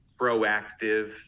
proactive